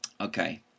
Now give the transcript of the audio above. Okay